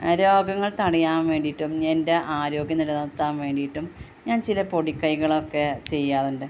രോഗം തടയാൻ വേണ്ടിയിട്ടും എൻ്റെ ആരോഗ്യം നില നിർത്താൻ വേണ്ടിയിട്ടും ഞാൻ ചില പൊടിക്കൈകളൊക്കെ ചെയ്യാറുണ്ട്